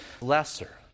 lesser